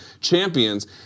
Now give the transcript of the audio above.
champions